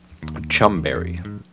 Chumberry